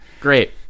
great